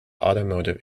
automotive